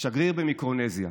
שגריר במיקרונזיה.